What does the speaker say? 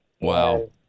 Wow